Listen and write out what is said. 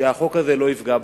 שהחוק הזה לא יפגע בהם.